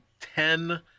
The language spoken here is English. ten